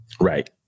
Right